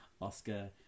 Oscar